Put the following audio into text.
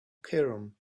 cairum